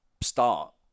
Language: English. start